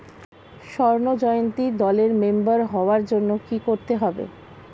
স্বর্ণ জয়ন্তী দলের মেম্বার হওয়ার জন্য কি করতে হবে?